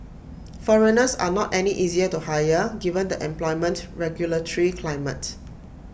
foreigners are not any easier to hire given the employment regulatory climate